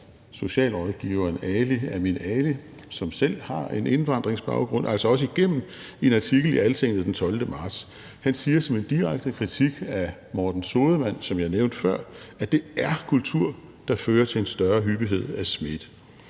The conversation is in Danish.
socialrådgiveren Ali Aminali, som selv har en indvandringsbaggrund, altså også i en artikel i Altinget den 12. marts som en direkte kritik af Morten Sodemann, som jeg nævnte før, at det er kultur, der fører til en større hyppighed af smitte.